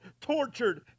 tortured